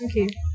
Okay